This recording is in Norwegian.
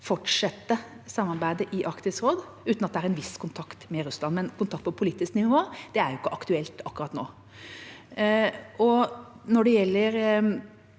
fortsette samarbeidet i Arktisk råd uten at det er en viss kontakt med Russland, men kontakt på politisk nivå er ikke aktuelt akkurat nå.